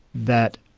that